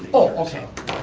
oh, okay.